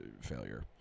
failure